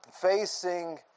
facing